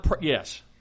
Yes